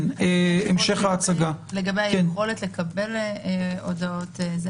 אני מבקש לקבל התייחסות של הנהלת בתי המשפט.